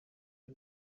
you